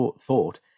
thought